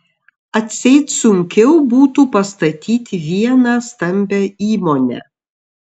atseit sunkiau būtų pastatyti vieną stambią įmonę